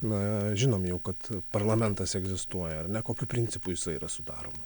na žinom jau kad parlamentas egzistuoja ar ne kokiu principu jisai yra sudaroma